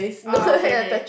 oh okay okay